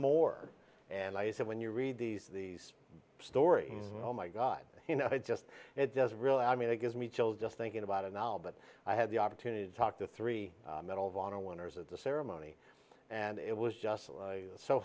more and i said when you read these these stories oh my god you know it just it doesn't really i mean it gives me chills just thinking about it now but i had the opportunity to talk to three medal of honor winners at the ceremony and it was just